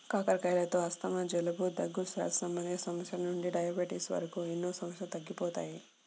కాకరకాయలతో ఆస్తమా, జలుబు, దగ్గు, శ్వాస సంబంధిత సమస్యల నుండి డయాబెటిస్ వరకు ఎన్నో సమస్యలు తొలగిపోతాయి